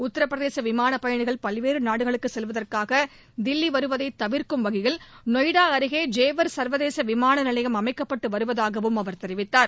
உத்தரப்பிரதேச விமானப் பயணிகள் பல்வேறு நாடுகளுக்கு செல்வதற்காக தில்லி வருவதை தவிர்க்கும் வகையில் நொய்டா அருகே ஜேவார் சர்வதேச விமான நிலையம் அமைக்கப்பட்டு வருவதாகவும் அவர் தெரிவித்தார்